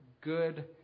good